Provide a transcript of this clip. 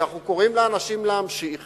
שאנחנו קוראים לאנשים להמשיך